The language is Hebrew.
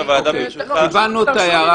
הבנו את ההערה.